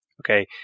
Okay